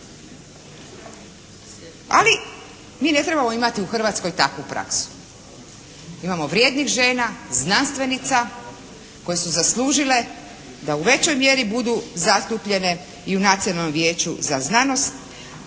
Ali mi ne trebamo imati u Hrvatskoj takvu praksu. Imamo vrijednih žena znanstvenica koje su zaslužile da u većoj mjeri budu zastupljene i u Nacionalnom vijeću za znanost,